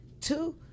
Two